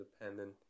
independent